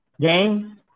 game